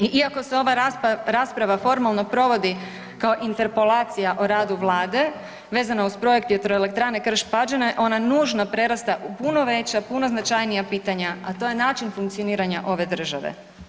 I iako se ova rasprava formalno provodi kao interpelacija o radu Vlade vezano uz projekt vjetroelektrane Krš – Pađene, ona nužno prerasta u puno veća, puno značajnija pitanja a to je način funkcioniranja ove države.